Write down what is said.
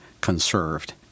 conserved